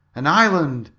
an island!